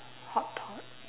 hot pot